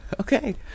Okay